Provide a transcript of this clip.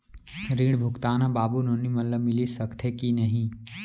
ऋण भुगतान ह बाबू नोनी मन ला मिलिस सकथे की नहीं?